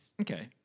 Okay